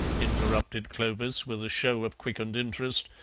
interrupted clovis, with a show of quickened interest,